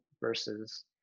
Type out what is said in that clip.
versus